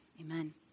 Amen